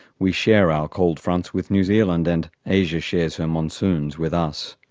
we share our cold fronts with new zealand and asia shares her monsoons with us.